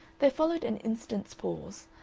there followed an instant's pause,